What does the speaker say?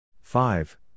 five